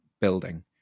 building